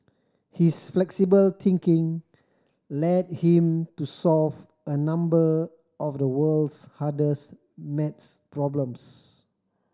his flexible thinking led him to solve a number of the world's hardest maths problems